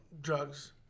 drugs